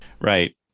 right